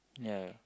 ya